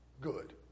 good